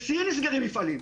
בסין נסגרים מפעלים.